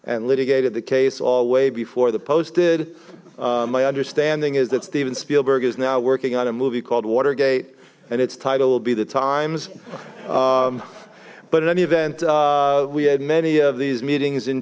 and litigated the case all way before the post did my understanding is that steven spielberg is now working on a movie called watergate and its title will be the times but in any event we had many of these meetings in